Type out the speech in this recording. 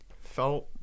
Felt